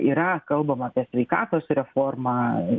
yra kalbama apie sveikatos reformą